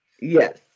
yes